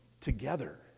together